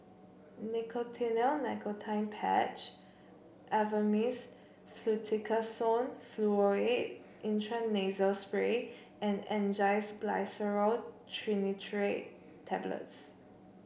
Nicotinell Nicotine Patch Avamys Fluticasone Furoate Intranasal Spray and Angised Glyceryl Trinitrate Tablets